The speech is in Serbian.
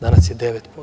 Danas je 9%